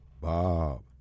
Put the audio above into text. Bob